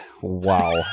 Wow